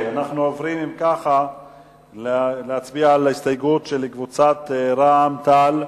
אנחנו עוברים להצביע על ההסתייגות של קבוצת רע"ם-תע"ל.